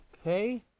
okay